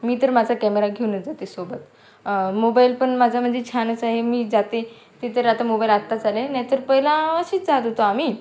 मी तर माझा कॅमेरा घेऊनच जाते सोबत मोबाईल पण माझा म्हणजे छानच आहे मी जाते ती तर आता मोबाईल आत्ताच आले नाहीतर पहिला अशीच चालू तो आम्ही